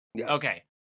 Okay